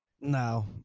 no